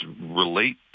relate